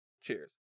Cheers